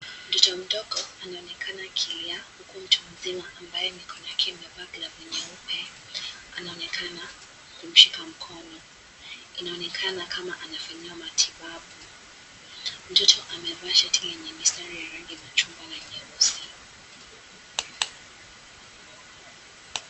Mtoto mdogo anaonekana akilia huku mtu mzima ambaye mkono wake amevaa glavu nyeupe anaonekana kumshika mkono. Inaonekana kama anafanya matibabu. Mtoto amevaa shati lenye mistari ya rangi ya chungwa na nyeusi.